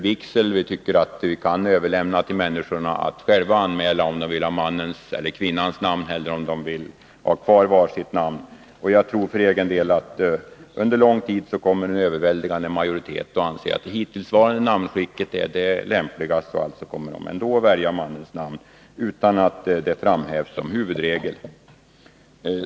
Vi tycker att vi kan överlämna åt människor att själva anmäla om de vill ha mannens eller kvinnans namn, eller om de vill ha kvar var sitt namn. Jag tror för egen del att en överväldigande majoritet under lång tid kommer att anse att det hittillsvarande namnskicket är det lämpligaste och kommer att välja mannens namn, utan att detta framhävs som huvudregel.